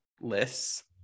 lists